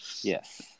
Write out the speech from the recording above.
Yes